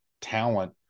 talent